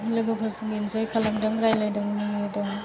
लोगोफोरजों इन्जय खालामदों रायलायदों मिनिदों